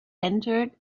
entered